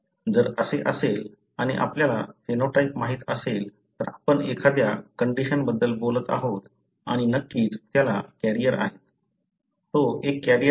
जर असे असेल आणि आपल्याला फेनोटाइप माहित असेल तर आपण एखाद्या कंडिशन बद्दल बोलत आहोत आणि नक्कीच त्याला कॅरियर आहे